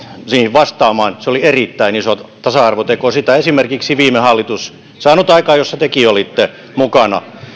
vastaamaan se oli erittäin iso tasa arvoteko sitä ei esimerkiksi viime hallitus saanut aikaan jossa tekin olitte mukana